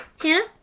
Hannah